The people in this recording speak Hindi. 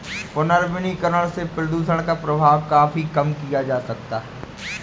पुनर्वनीकरण से प्रदुषण का प्रभाव काफी कम किया जा सकता है